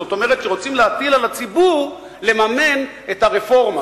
זאת אומרת שרוצים להטיל על הציבור לממן את הרפורמה,